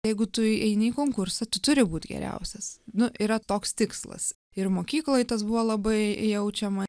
jeigu tu eini į konkursą tu turi būt geriausias nu yra toks tikslas ir mokykloj tas buvo labai jaučiama